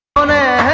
on a